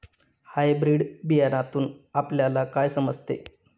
Hybrid बियाण्यातून आपल्याला काय समजते?